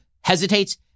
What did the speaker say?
hesitates